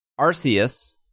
Arceus